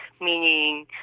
meaning